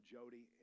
Jody